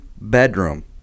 bedroom